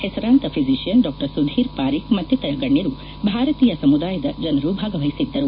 ಹೆಸರಾಂತ physician Dr Sudhir Parikh ಮತ್ತಿತರ ಗಣ್ಣರು ಭಾರತೀಯ ಸಮುದಾಯದ ಜನರು ಭಾಗವಹಿಸಿದ್ದರು